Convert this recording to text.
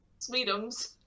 Sweetums